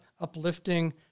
uplifting